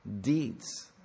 deeds